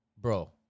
Bro